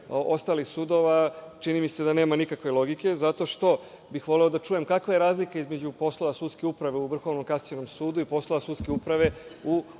ostalih sudova čini mi se da neme nikakve logike, zato što bih voleo da čujem kakva je razlika između poslova sudske uprave u Vrhovnom kasacionom sudu i poslova sudske uprave u ostalim sudovima.